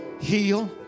heal